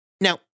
Now